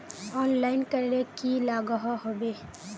Online करले की लागोहो होबे?